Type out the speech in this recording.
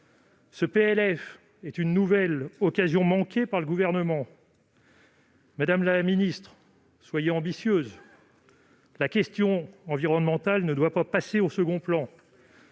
est donc une nouvelle occasion manquée par le Gouvernement. Madame la ministre, soyez ambitieuse ! La question environnementale ne doit pas passer au second plan